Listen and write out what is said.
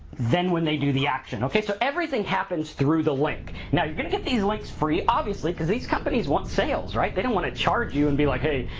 then when they do the action, okay? so, everything happens through the link. now, you're gonna get these links free, obviously, because these companies want sales, right? they don't wanna charge you and be like, hey,